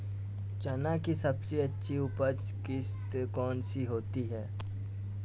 चना की सबसे अच्छी उपज किश्त कौन सी होती है?